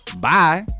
bye